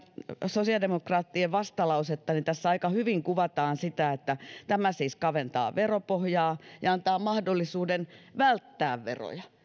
sosiaalidemokraattien vastalausetta niin tässä aika hyvin kuvataan sitä että tämä siis kaventaa veropohjaa ja antaa mahdollisuuden välttää veroja